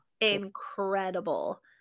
incredible